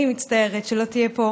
אני מצטערת שלא תהיה פה